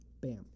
Bam